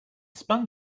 spun